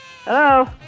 Hello